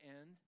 end